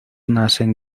nacen